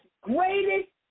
greatest